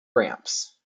ramps